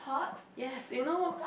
yes you know